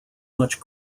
much